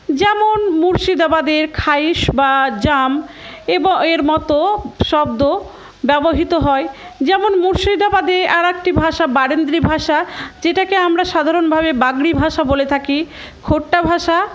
যেমন মুর্শিদাবাদের খাইশ বা জাম এ এর মতো শব্দ ব্যবহৃত হয় যেমন মুর্শিদাবাদে আরকটি ভাষা বারেন্দ্রী ভাষা যেটাকে আমরা সাধারণভাবে বাগড়ি ভাষা বলে থাকি খোট্টা ভাষা